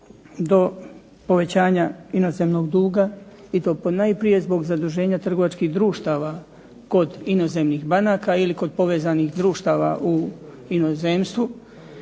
do povećanja inozemnog duga i to ponajprije zbog zaduženja trgovačkih društava kod inozemnih banaka ili kod povezanih društava u inozemstvu,